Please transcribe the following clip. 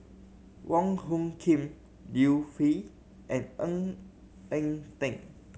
Wong Hung Khim Liu Peihe and Ng Eng Teng